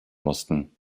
mussten